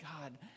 God